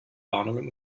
warnungen